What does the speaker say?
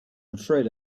afraid